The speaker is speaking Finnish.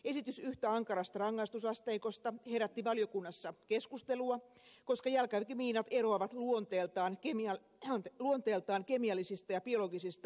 esitys yhtä ankarasta rangaistusasteikosta herätti valiokunnassa keskustelua koska jalkaväkimiinat eroavat luonteeltaan kemiallisista ja biologisista aseista